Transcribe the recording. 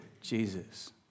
Jesus